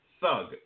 thug